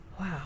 Wow